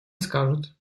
скажут